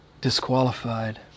disqualified